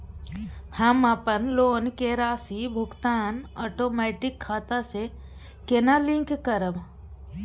हम अपन लोन के राशि भुगतान ओटोमेटिक खाता से केना लिंक करब?